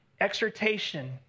exhortation